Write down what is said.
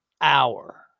hour